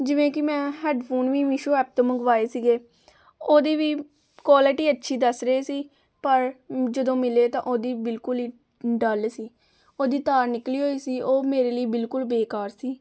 ਜਿਵੇਂ ਕਿ ਮੈਂ ਹੈਡਫ਼ੋਨ ਵੀ ਮੀਸ਼ੋ ਐਪ ਤੋਂ ਮੰਗਵਾਏ ਸੀਗੇ ਉਹਦੀ ਵੀ ਕੁਆਲਟੀ ਅੱਛੀ ਦੱਸ ਰਹੇ ਸੀ ਪਰ ਜਦੋਂ ਮਿਲੇ ਤਾਂ ਉਹਦੀ ਬਿਲਕੁਲ ਹੀ ਡੱਲ ਸੀ ਉਹਦੀ ਤਾਰ ਨਿਕਲੀ ਹੋਈ ਸੀ ਉਹ ਮੇਰੇ ਲਈ ਬਿਲਕੁਲ ਬੇਕਾਰ ਸੀ